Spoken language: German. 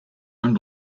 und